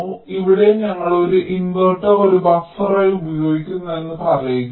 അതിനാൽ ഇവിടെ ഞങ്ങൾ ഒരു ഇൻവെർട്ടർ ഒരു ബഫറായി ഉപയോഗിക്കുന്നുവെന്ന് പറയുക